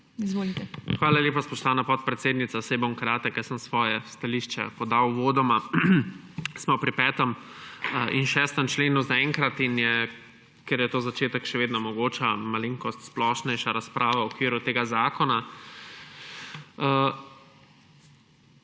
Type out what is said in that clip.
Hvala lepa, spoštovana podpredsednica. Saj bom kratek. Svoje stališče sem podal uvodoma. Smo pri 5. in 6. členu zaenkrat. Ker je to začetek, še vedno omogoča malenkost splošnejšo razpravo v okviru tega zakona.